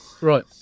Right